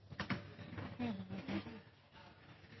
men